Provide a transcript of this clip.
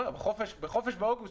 בחופשה באוגוסט,